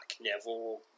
Neville